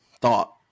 thought